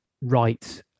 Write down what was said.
right